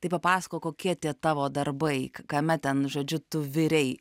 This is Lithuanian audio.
tai papasakok kokie tie tavo darbai kame ten žodžiu tu virei